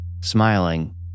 Smiling